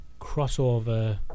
crossover